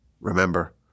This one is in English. remember